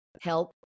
help